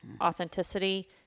authenticity